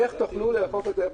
איך תוכלו לאכוף את זה?